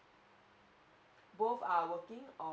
both are working or